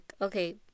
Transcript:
Okay